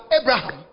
Abraham